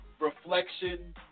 reflection